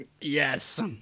yes